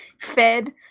fed